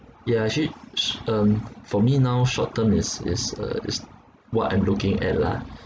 ya actually sh~ um for me now short term is is uh is what I'm looking at lah